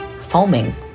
foaming